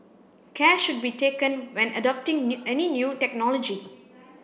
care should be taken when adopting new any new technology